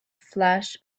flash